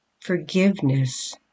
forgiveness